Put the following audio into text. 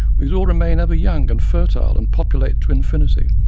we could all remain ever young and fertile, and populate to infinity,